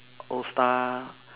old star